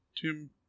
Tim